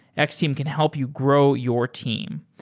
x-team can help you grow your team.